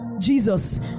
Jesus